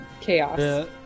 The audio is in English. chaos